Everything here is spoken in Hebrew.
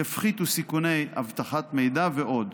יפחיתו סיכוני אבטחת מידע ועוד.